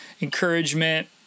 encouragement